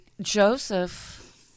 Joseph